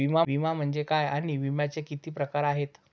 विमा म्हणजे काय आणि विम्याचे किती प्रकार आहेत?